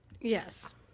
Yes